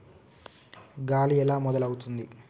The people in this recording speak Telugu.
గాలి ఎలా మొదలవుతుంది?